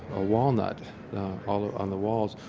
ah walnut ah on the walls,